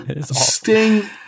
Sting